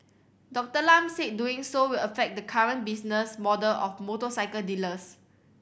Doctor Lam said doing so will affect the current business model of motorcycle dealers